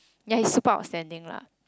ya he superb outstanding lah